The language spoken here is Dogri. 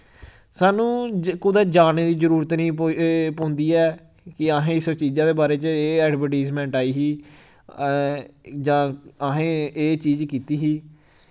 सानूं कुतै जाने दी जरूरत निं पोई पौंदी ऐ कि असें इस चीजा दे बारे च एह् एडवरटीजमैंट आई ही जां असें एह् चीज कीती ही